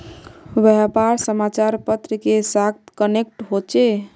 व्यापार समाचार पत्र के साथ कनेक्ट होचे?